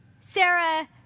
Sarah